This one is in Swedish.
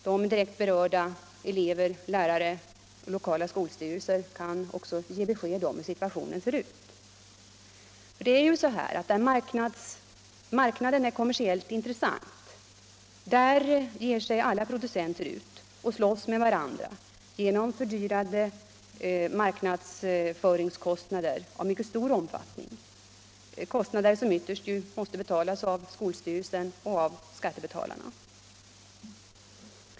De direkt berörda, elever, lärare och lokala skolstyrelser, kan ge besked om hur situationen ser ut. Där marknaden är kommersiellt intressant, där ger sig alla producenter ut och slåss med varandra genom fördyrande marknadsföringskostnader, stora kostnader som ytterst måste betalas av skolstyrelserna och skattebetalarna.